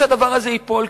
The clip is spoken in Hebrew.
הדבר הזה ייפול,